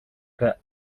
que